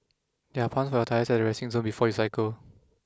there are pumps for your tyres at the resting zone before you cycle